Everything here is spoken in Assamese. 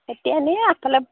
এতিয়া এনেই আগফালে